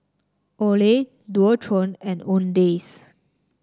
Olay Dualtron and Owndays